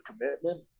commitment